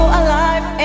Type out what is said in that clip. alive